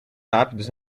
rápidos